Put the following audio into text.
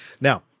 Now